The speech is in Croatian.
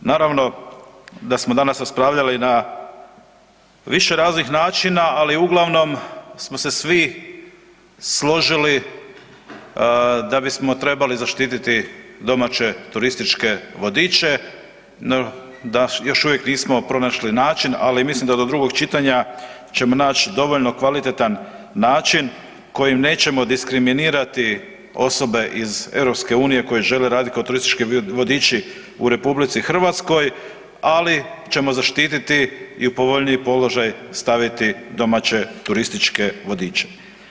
Naravno, da smo danas raspravljali na više raznih načina, ali uglavnom smo se svi složili da bismo trebali zaštititi domaće turističke vodiče, no da još uvijek nismo pronašli način, ali mislim da do drugog čitanja ćemo naći dovoljno kvalitetan način kojim nećemo diskriminirati osobe iz Europske unije koji žele raditi kao turistički vodiči u Republici Hrvatskoj, ali ćemo zaštititi i u povoljniji položaj staviti domaće turističke vodiče.